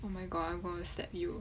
oh my god I'm gonna slap you